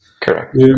Correct